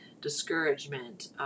discouragement